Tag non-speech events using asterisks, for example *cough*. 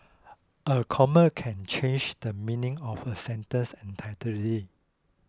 a comma can change the meaning of a sentence *unintelligible*